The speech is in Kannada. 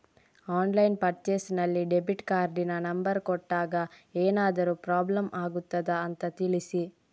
ಆನ್ಲೈನ್ ಪರ್ಚೇಸ್ ನಲ್ಲಿ ಡೆಬಿಟ್ ಕಾರ್ಡಿನ ನಂಬರ್ ಕೊಟ್ಟಾಗ ಏನಾದರೂ ಪ್ರಾಬ್ಲಮ್ ಆಗುತ್ತದ ಅಂತ ತಿಳಿಸಿ?